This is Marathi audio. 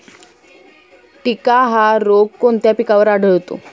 टिक्का हा रोग कोणत्या पिकावर आढळतो?